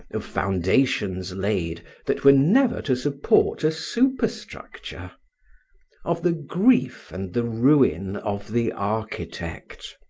of foundations laid that were never to support a super-structure of the grief and the ruin of the architect.